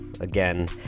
again